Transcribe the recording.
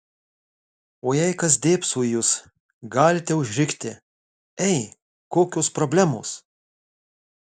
o jei kas dėbso į jus galite užrikti ei kokios problemos